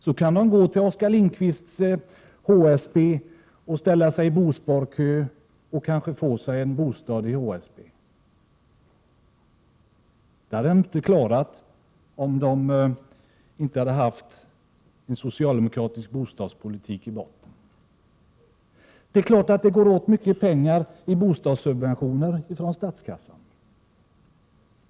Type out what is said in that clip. De kan gå till Oskar Lindkvists HSB och ställa sig i bosparkö och kanske få sig en bostad i HSB. Det hade inte varit möjligt om det inte funnits en socialdemokratisk bostadspolitik i botten. Det är klart att det går åt mycket pengar ur statskassan till bostadssubventioner.